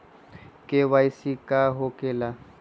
KYC का हो के ला?